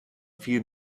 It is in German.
viel